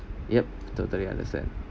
yep totally understand